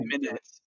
minutes